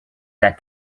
that